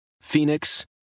Phoenix